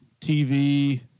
TV